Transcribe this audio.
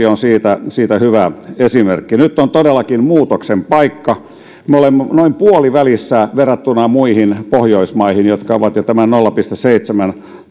on siitä hyvä esimerkki nyt on todellakin muutoksen paikka me olemme noin puolivälissä verrattuna muihin pohjoismaihin jotka ovat jo tämän nolla pilkku seitsemän